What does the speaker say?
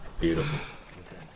Beautiful